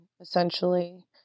essentially